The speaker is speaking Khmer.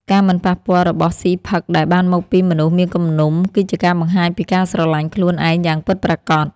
ការមិនប៉ះពាល់របស់ស៊ីផឹកដែលបានមកពីមនុស្សមានគំនុំគឺជាការបង្ហាញពីការស្រឡាញ់ខ្លួនឯងយ៉ាងពិតប្រាកដ។